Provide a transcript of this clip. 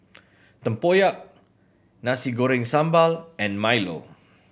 tempoyak Nasi Goreng Sambal and milo